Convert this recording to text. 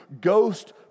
ghost